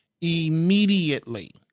immediately